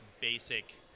basic